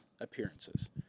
appearances